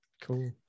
Cool